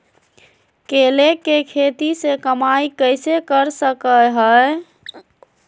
केले के खेती से कमाई कैसे कर सकय हयय?